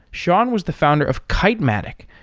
sean was the founder of kitematic,